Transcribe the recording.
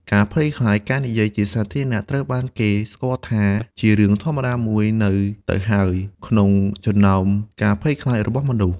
ការភ័យខ្លាចការនិយាយជាសាធារណៈ ត្រូវបានគេស្គាល់ថា ជារឿងធម្មតាមួយនៅទៅហើយក្នុងចំណោមការភ័យខ្លាចរបស់មនុស្ស។